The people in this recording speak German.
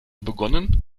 begonnen